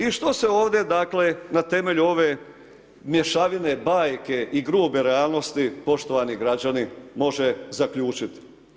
I što se ovdje, dakle, na temelju ove mješavine bajke i grube realnosti, poštovani građani, može zaključiti?